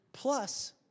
Plus